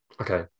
Okay